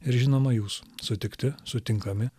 ir žinoma jūs sutikti sutinkami